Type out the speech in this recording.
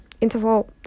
interval